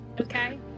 okay